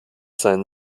seinen